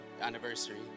anniversary